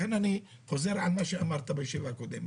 לכן אני חוזר על מה שאמרת בישיבה הקודמת,